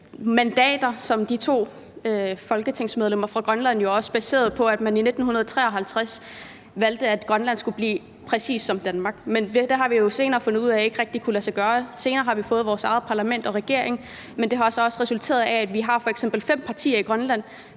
mandater, f.eks. de to folketingsmedlemmer fra Grønland, jo baseret på, at man i 1953 valgte, at Grønland skulle blive præcis som Danmark. Men det har vi jo senere fundet ud af ikke rigtig kunne lade sig gøre. Senere har vi fået vores eget parlament og vores egen regering, og det har så også resulteret i, at vi f.eks. har fem partier i Grønland,